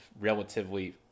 relatively